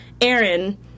Aaron